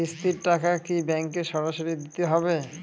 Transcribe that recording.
কিস্তির টাকা কি ব্যাঙ্কে সরাসরি দিতে হবে?